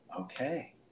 okay